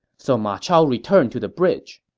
so ma chao returned to the bridge.